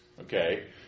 Okay